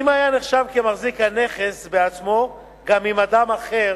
אם היה נחשב כמחזיק הנכס בעצמו, גם אם אדם אחר